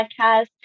podcast